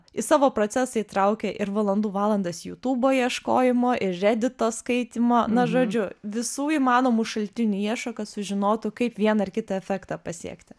į savo procesą įtraukia ir valandų valandas jutubo ieškojimo ir redito skaitymo na žodžiu visų įmanomų šaltinių ieško kad sužinotų kaip vieną ar kitą efektą pasiekti